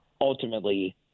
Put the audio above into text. ultimately